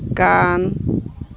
ᱠᱟᱱ